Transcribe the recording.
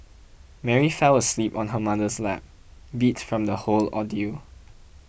Mary fell asleep on her mother's lap beat from the whole ordeal